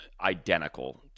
identical